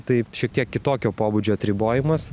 tai šiek tiek kitokio pobūdžio atribojimas